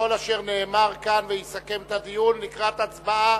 אשר נאמר כאן ויסכם את הדיון לקראת הצבעה